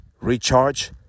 recharge